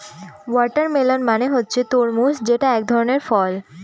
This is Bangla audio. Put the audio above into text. ওয়াটারমেলন মানে হচ্ছে তরমুজ যেটা এক ধরনের ফল